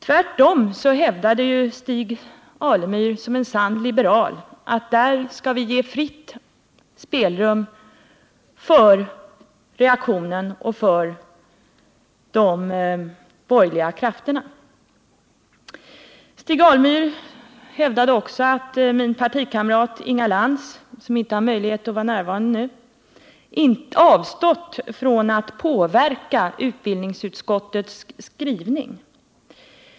Tvärtom hävdade Stig Alemyr som en sann liberal att där skall vi ge fritt spelrum för reaktionen och för de borgerliga krafterna. Stig Alemyr hävdade också att min partikamrat Inga Lantz, som inte har möjlighet att vara närvarande nu, hade avstått från att påverka utbildningsutskottets skrivning.